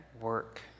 work